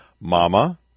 mama